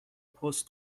پست